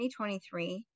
2023